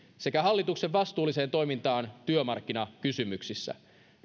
sekä hallituksen vastuulliseen toimintaan työmarkkinakysymyksissä